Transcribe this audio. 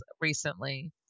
recently